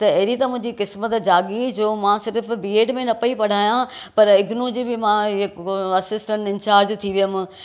त अहिड़ी त मुंहिंजी क़िसमत जाॻी जो मां सिर्फ़ु बीएड में न पई पढ़ायां पर इगनू जी बि मां असिस्टेंस इंचार्ज थी वियमि